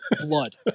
blood